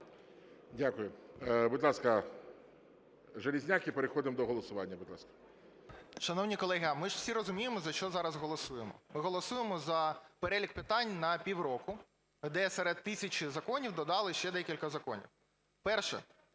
Дякую. Будь ласка, Железняк. І переходимо до голосування. Будь ласка. 12:44:53 ЖЕЛЕЗНЯК Я.І. Шановні колеги, ми ж всі розуміємо, за що зараз голосуємо. Голосуємо за перелік питань на пів року, де серед тисячі законів додали ще декілька законів. Перше.